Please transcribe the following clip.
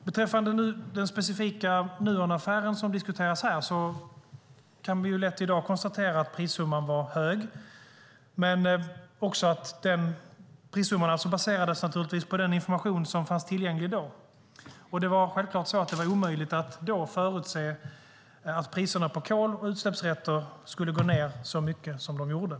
Beträffande den specifika Nuonaffären som diskuteras här kan vi i dag lätt konstatera att prissumman var hög men också att prissumman naturligtvis baserades på den information som fanns tillgänglig då. Och det var då självklart omöjligt att förutse att priserna på kol och utsläppsrätter skulle gå ned så mycket som de gjorde.